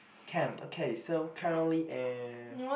come okay so currently uh